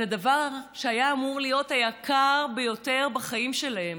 הדבר שהיה אמור להיות היקר ביותר בחיים שלהם,